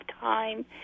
time